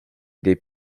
des